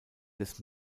des